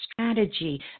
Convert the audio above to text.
strategy